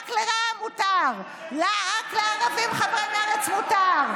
רק לרע"מ מותר, רק לערבים חברי מרצ מותר,